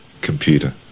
computer